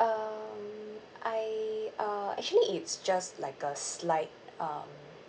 um I uh actually it's just like a slight um